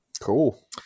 Cool